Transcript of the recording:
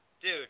dude